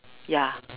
ya